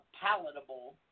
palatable